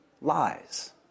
lies